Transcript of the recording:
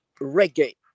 reggae